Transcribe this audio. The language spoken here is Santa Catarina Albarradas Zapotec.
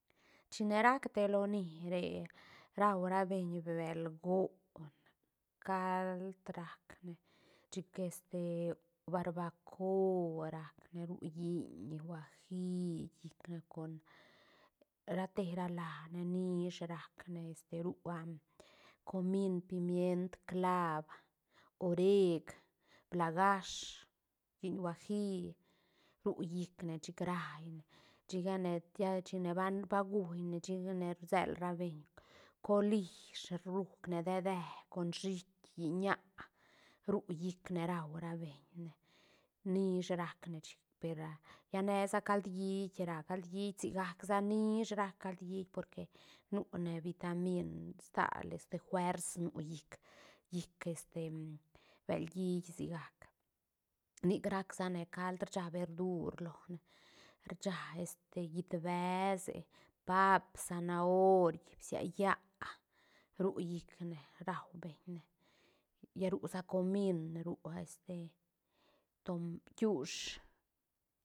China rac te loni re raura beñ bel goon cald racne chic este barbaco racne ru lliñ huaji llicne con rate ra lane nish racne este ru comín, pimient, claab, oreg, blahash, lliñ huaji ru llicne chic raine chicane lla china va- va guine chicane rsel rabeñ colish rucne dee dee con shiit lliñ ñä ru llicne raura beñne nish racne chic per- ra nesa cald hiit ra cald hiit sigac sa nish rac cald hiit porque nune vitamin stal este fuers nu llic- llic este bel hiit sigac nic rac sane cald rsha verdur lone rsha este llit besë, paap, sanaori, bsia yä ru llicne raubeñne lla ru sa comín ru este tom bkiush